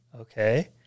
okay